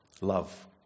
love